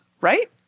right